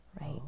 right